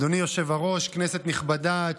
אדוני היושב-ראש, כנסת נכבדה,